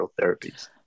therapies